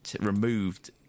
removed